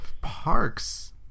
parks